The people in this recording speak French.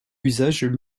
usages